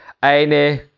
Eine